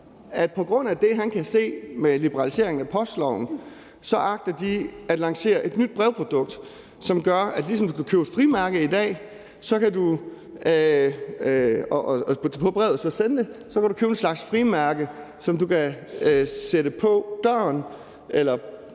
på grund af det, man kan se med liberalisering af postloven, agter de at lancere et nyt brevprodukt, som gør, at ligesom man kan købe et frimærke i dag og putte det på brevet og sende det,